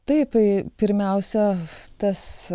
taip pirmiausia tas